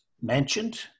mentioned